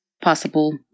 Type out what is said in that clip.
possible